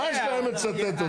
מה יש להם לצטט אותי?